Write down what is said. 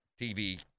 TV